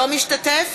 לא משתתף?